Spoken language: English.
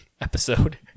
episode